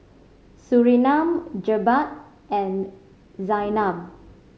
Surinam Jebat and Zaynab